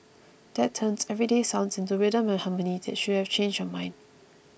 that turns everyday sounds into rhythm and harmony should have changed your mind